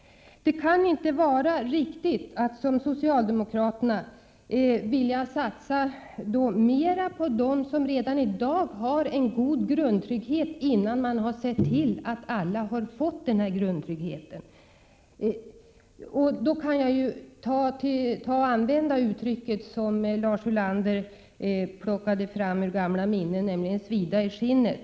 Det kan inte vara riktigt att, som socialdemokraterna vill göra, satsa mer på dem som redan i dag har en god grundtrygghet innan man har sett till att alla har fått denna grundtrygghet. Jag kan också använda mig av det gamla uttrycket som Lars Ulander = Prot. 1987/88:136 plockade fram ur minnet, nämligen att det skall svida i skinnet.